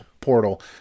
portal